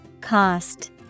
Cost